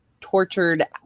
tortured